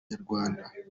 nyarwanda